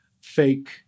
fake